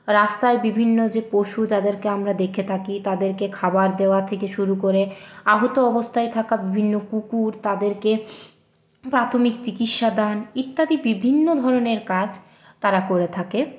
রাস্তায় বিভিন্ন যে পশু যাদেরকে আমরা দেখে থাকি তাদেরকে খাবার দেওয়া থেকে শুরু করে আহত অবস্থায় থাকা বিভিন্ন কুকুর তাদেরকে প্রাথমিক চিকিৎসা দান ইত্যাদি বিভিন্ন ধরনের কাজ তারা করে থাকে